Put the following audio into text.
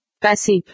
passive